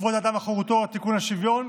כבוד האדם וחירותו, תיקון השוויון,